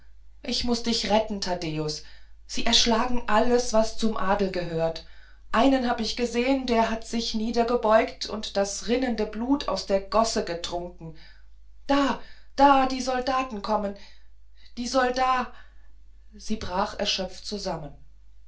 ich muß dich retten taddäus sie erschlagen alles was zum adel gehört einen hab ich gesehen der hat sich niedergebeugt und das rinnende blut aus der gosse getrunken da da die soldaten kommen die solda sie brach erschöpft zusammen